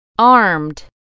Armed